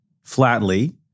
flatly